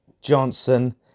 Johnson